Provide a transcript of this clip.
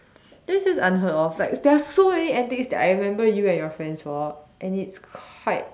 that's just unheard of like there are so many antics that I remember you and your friends for and it's quite